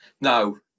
No